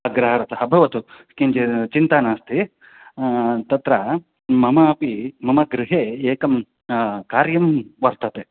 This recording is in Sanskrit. अग्रहारतः भवतु किञ्चित् चिन्ता नास्ति तत्र मम अपि मम गृहे एकं कार्यं वर्तते